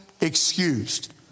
excused